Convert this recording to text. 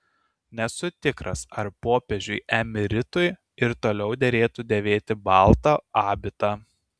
nesu tikras ar popiežiui emeritui ir toliau derėtų dėvėti baltą abitą